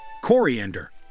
coriander